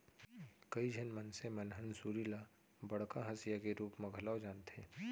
कइ झन मनसे मन हंसुली ल बड़का हँसिया के रूप म घलौ जानथें